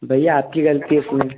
भैया आपकी ग़लती है पूरी